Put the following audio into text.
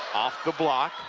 off the block.